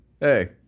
Hey